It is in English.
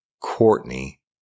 Courtney